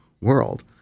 world